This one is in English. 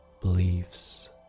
beliefs